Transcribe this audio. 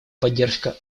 поддержка